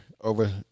over